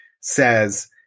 says